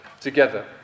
together